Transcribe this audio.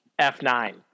F9